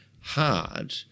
hard